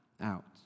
out